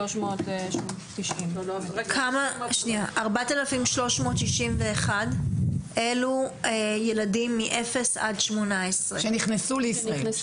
3,390. 4,361 ילדים מגיל אפס עד 18. שנכנסו לישראל.